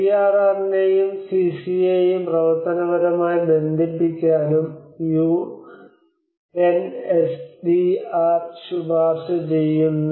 ഡിആർആറിനെയും സിസിഎയെയും പ്രവർത്തനപരമായി ബന്ധിപ്പിക്കാനും UNISDR ശുപാർശ ചെയ്യുന്നു